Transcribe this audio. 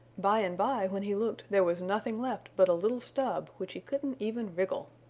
by and by when he looked there was nothing left but a little stub which he couldn't even wriggle.